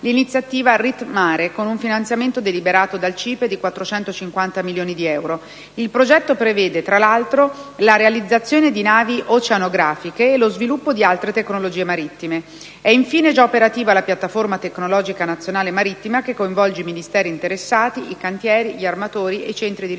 l'iniziativa "Ritmare" con un finanziamento deliberato dal CIPE di 450 milioni di euro. Il progetto prevede, tra l'altro, la realizzazione di navi oceanografiche e lo sviluppo di altre tecnologie marittime. È infine già operativa la piattaforma tecnologica nazionale marittima, che coinvolge i Ministeri interessati, i cantieri, gli armatori e i centri di ricerca del